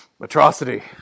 atrocity